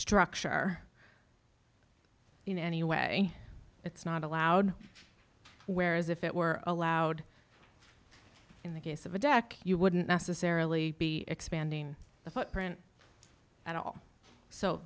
structure you know anyway it's not allowed whereas if it were allowed in the case of a deck you wouldn't necessarily be expanding the footprint at all so